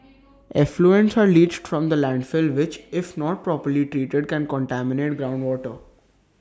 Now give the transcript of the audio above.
effluents are leached from the landfill which if not properly treated can contaminate groundwater